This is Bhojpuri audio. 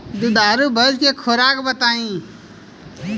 दुधारू भैंस के खुराक बताई?